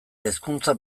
hezkuntza